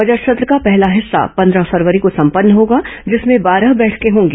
budget सत्र का पहला हिस्सा पंद्रह फरवरी को सम्पन्न होगा जिसमें बारह बैठकें होंगी